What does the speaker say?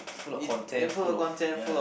full of content full of ya